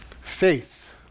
Faith